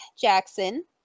Jackson